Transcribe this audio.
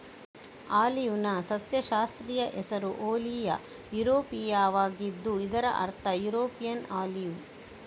ಆಲಿವ್ನ ಸಸ್ಯಶಾಸ್ತ್ರೀಯ ಹೆಸರು ಓಲಿಯಾ ಯುರೋಪಿಯಾವಾಗಿದ್ದು ಇದರ ಅರ್ಥ ಯುರೋಪಿಯನ್ ಆಲಿವ್